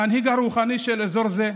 המנהיג הרוחני של אזור זה,